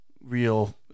real